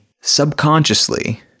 subconsciously